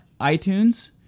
iTunes